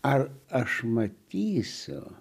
ar aš matysiu